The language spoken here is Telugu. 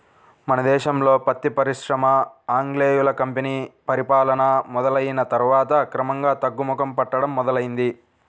మన దేశంలో పత్తి పరిశ్రమ ఆంగ్లేయుల కంపెనీ పరిపాలన మొదలయ్యిన తర్వాత క్రమంగా తగ్గుముఖం పట్టడం మొదలైంది